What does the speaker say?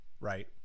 right